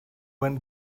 went